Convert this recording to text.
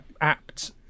apt